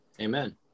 Amen